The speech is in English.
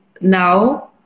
now